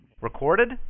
Recorded